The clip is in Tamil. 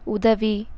உதவி